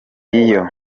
iyo